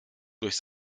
durch